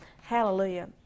Hallelujah